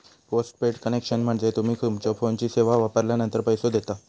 postpaid connection म्हणजे तुम्ही तुमच्यो फोनची सेवा वापरलानंतर पैसो देता